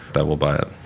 but will buy it.